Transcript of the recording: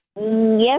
Yes